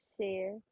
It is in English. share